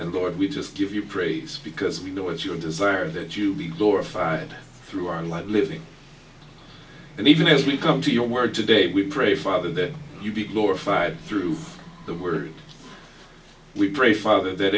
and we just give you praise because you know it's your desire that you be glorified through our life living and even as we come to your word today we pray father that you be glorified through the word we pray father that